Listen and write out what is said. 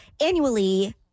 annually